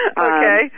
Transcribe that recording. Okay